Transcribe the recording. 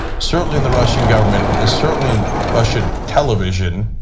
certainly in the russian government, and certainly in russian television,